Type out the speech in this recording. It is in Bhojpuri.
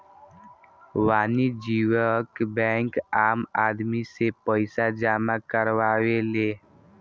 वाणिज्यिक बैंक आम आदमी से पईसा जामा करावेले